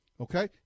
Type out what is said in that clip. okay